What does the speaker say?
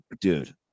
Dude